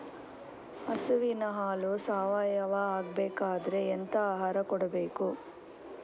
ಹಸುವಿನ ಹಾಲು ಸಾವಯಾವ ಆಗ್ಬೇಕಾದ್ರೆ ಎಂತ ಆಹಾರ ಕೊಡಬೇಕು?